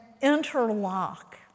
interlock